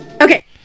Okay